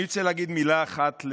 אני רוצה להגיד מילה אחת,